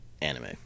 anime